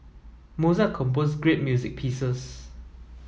Mozart composed great music pieces